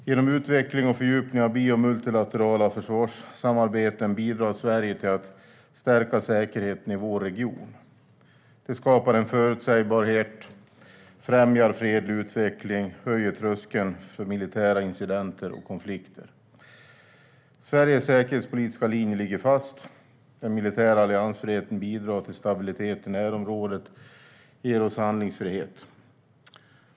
Genom utveckling och fördjupning av bi och multilaterala försvarssamarbeten bidrar Sverige till att stärka säkerheten i vår region. Det skapar en förutsägbarhet, främjar fredlig utveckling och höjer tröskeln för militära incidenter och konflikter. Sveriges säkerhetspolitiska linje ligger fast. Den militära alliansfriheten bidrar till stabilitet i närområdet och ger oss handlingsfrihet.